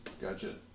Gotcha